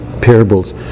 parables